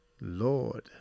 Lord